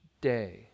day